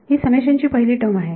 ही summation ची पहिली term आहे